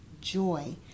joy